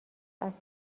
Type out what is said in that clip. اسب